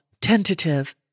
tentative